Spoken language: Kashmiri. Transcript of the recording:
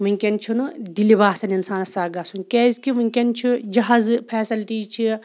وٕنۍکٮ۪ن چھُنہٕ دِلہِ باسان اِنسانَس سَکھ گژھُن کیٛازِکہِ وٕنۍکٮ۪ن چھُ جہازٕ فیسلٹی چھِ